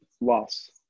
loss